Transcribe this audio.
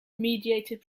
mediated